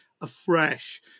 afresh